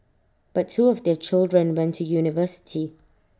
but two of their children went to university